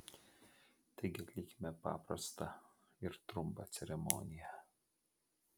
taigi atlikime paprastą ir trumpą ceremoniją